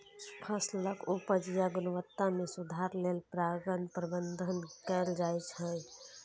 फसलक उपज या गुणवत्ता मे सुधार लेल परागण प्रबंधन कैल जाइ छै